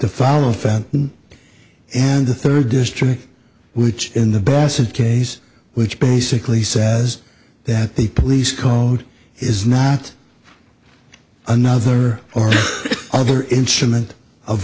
to follow fenton and the third district which in the bassett case which basically says that the police called is not another or other instrument of